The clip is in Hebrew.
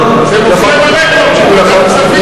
זה מופיע ברקורד של ועדת הכספים.